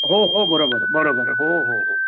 हो हो बरोबर बरोबर हो हो हो